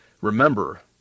remember